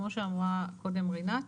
כמו שאמרה קודם רינת,